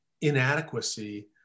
inadequacy